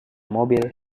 mobil